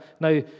Now